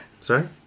sorry